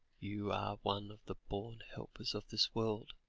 you are one of the born helpers of this world.